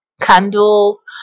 candles